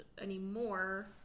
anymore